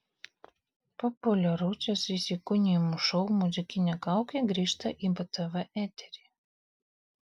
populiarusis įsikūnijimų šou muzikinė kaukė grįžta į btv eterį